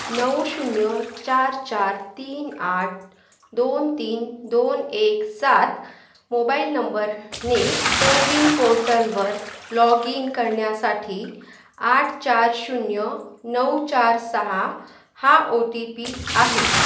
नऊ शून्य चार चार तीन आठ दोन तीन दोन एक सात मोबाइल नंबरने कोविन पोर्टलवर लॉग इन करण्यासाठी आठ चार शून्य नऊ चार सहा हा ओ टी पी आहे